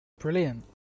Brilliant